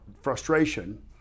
frustration